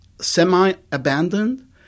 semi-abandoned